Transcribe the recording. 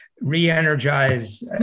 re-energize